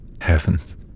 heavens